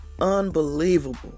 Unbelievable